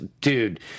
Dude